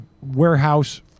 Warehouse